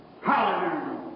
Hallelujah